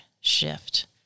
shift